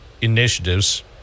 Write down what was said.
initiatives